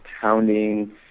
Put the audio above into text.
pounding